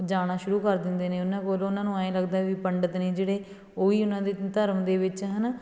ਜਾਣਾ ਸ਼ੁਰੂ ਕਰ ਦਿੰਦੇ ਨੇ ਉਹਨਾਂ ਕੋਲ ਉਹਨਾਂ ਨੂੰ ਐਂ ਲੱਗਦਾ ਵੀ ਪੰਡਿਤ ਨੇ ਜਿਹੜੇ ਉਹ ਹੀ ਉਨ੍ਹਾਂ ਦੇ ਧਰਮ ਦੇ ਵਿੱਚ ਹੈ ਨਾ